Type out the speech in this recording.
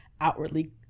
outwardly